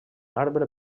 arbre